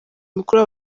mukuru